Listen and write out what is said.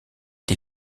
des